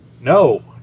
No